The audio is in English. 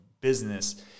business